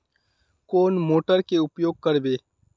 कौन मोटर के उपयोग करवे?